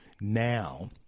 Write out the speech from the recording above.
now